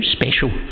special